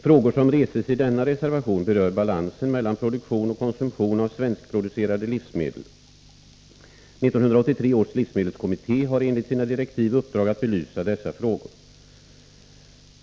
Frågor som reses i denna reservation berör balansen mellan produktion och konsumtion av svenskproducerade livsmedel. 1983 års livsmedelskommitté har enligt sina direktiv uppdrag att belysa dessa frågor.